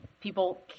people